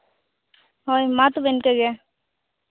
ᱦᱳᱭ ᱢᱟ ᱛᱚᱵᱮ ᱤᱱᱠᱟᱹ ᱜᱮ